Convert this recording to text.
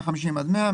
מ-50 אלף עד 100 אלף,